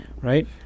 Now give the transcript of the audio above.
Right